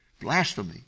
blasphemy